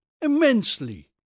immensely